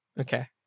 Okay